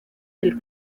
del